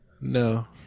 No